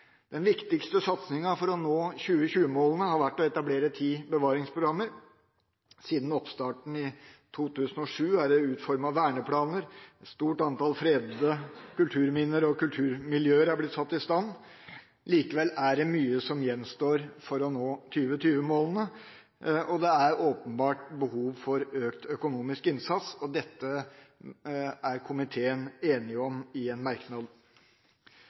Den viktigste satsingen for å nå 2020-målene har vært å etablere ti bevaringsprogrammer. Siden oppstarten i 2007 er det utformet verneplaner, og et stort antall fredede kulturminner og kulturmiljøer er blitt satt i stand. Likevel er det mye som gjenstår for å nå 2020-målene. Det er åpenbart behov for økt økonomisk innsats, og det er komiteen enig i i en merknad.